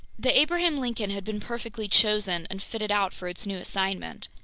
the abraham lincoln had been perfectly chosen and fitted out for its new assignment.